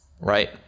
Right